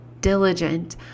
diligent